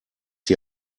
die